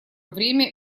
время